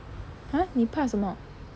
!huh! 你怕什么